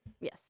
Yes